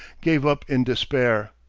gave up in despair.